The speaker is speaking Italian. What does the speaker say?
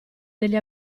negli